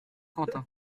quentin